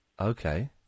Okay